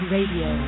Radio